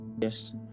Yes